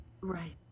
Right